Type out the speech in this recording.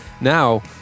Now